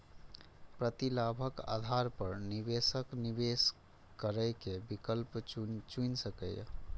प्रतिलाभक आधार पर निवेशक निवेश करै के विकल्प चुनि सकैए